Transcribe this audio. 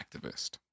activist